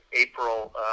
April